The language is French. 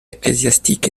ecclésiastiques